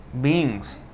beings